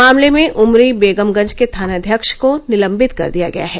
मामले में उमरी बेगमगंज के थानाध्यक्ष को निलंबित कर दिया गया है